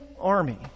army